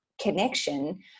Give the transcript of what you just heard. Connection